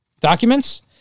documents